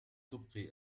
تبقي